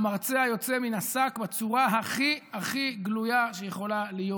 המרצע יוצא מן השק בצורה הכי הכי גלויה שיכולה להיות,